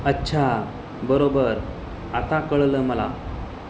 अच्छा बरोबर आता कळलं मला